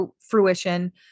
fruition